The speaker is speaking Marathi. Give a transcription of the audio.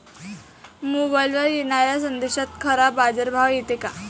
मोबाईलवर येनाऱ्या संदेशात खरा बाजारभाव येते का?